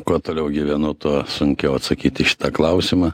kuo toliau gyvenu tuo sunkiau atsakyti į šitą klausimą